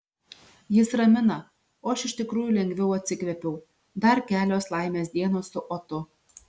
jis ramina o aš iš tikrųjų lengviau atsikvėpiau dar kelios laimės dienos su otu